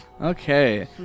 Okay